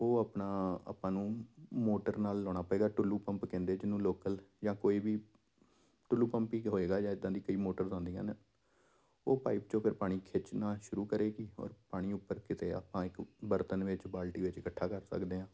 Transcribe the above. ਉਹ ਆਪਣਾ ਆਪਾਂ ਨੂੰ ਮੋਟਰ ਨਾਲ ਲਗਾਉਣਾ ਪਵੇਗਾ ਟੁੱਲੂ ਪੰਪ ਕਹਿੰਦੇ ਜਿਹਨੂੰ ਲੋਕਲ ਜਾਂ ਕੋਈ ਵੀ ਟੁੱਲੂ ਪੰਪ ਹੀ ਹੋਵੇਗਾ ਜਾਂ ਇੱਦਾਂ ਦੀ ਕਈ ਮੋਟਰਸ ਆਉਂਦੀਆਂ ਨੇ ਉਹ ਪਾਈਪ ਚੋਂ ਫਿਰ ਪਾਣੀ ਖਿੱਚਣਾ ਸ਼ੁਰੂ ਕਰੇਗੀ ਔਰ ਪਾਣੀ ਉੱਪਰ ਕਿਤੇ ਆ ਇੱਕ ਬਰਤਨ ਵਿੱਚ ਬਾਲਟੀ ਵਿੱਚ ਇਕੱਠਾ ਕਰ ਸਕਦੇ ਹਾਂ